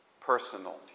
personal